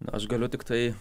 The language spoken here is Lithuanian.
na aš galiu tiktai